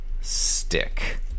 stick